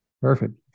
Perfect